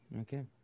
Okay